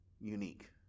unique